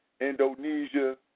Indonesia